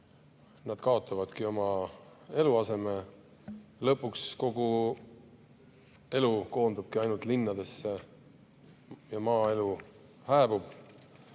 nad kaotavadki oma eluaseme, lõpuks kogu elu koondubki ainult linnadesse ja maaelu hääbub.